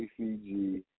ACG